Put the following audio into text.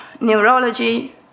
neurology